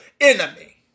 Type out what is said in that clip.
enemy